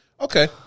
Okay